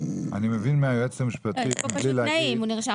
הוא נרשם